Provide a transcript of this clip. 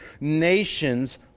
nations